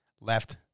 left